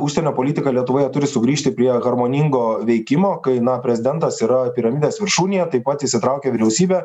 užsienio politika lietuvoje turi sugrįžti prie harmoningo veikimo kai na prezidentas yra piramidės viršūnėje taip pat įsitraukė vyriausybė